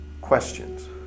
questions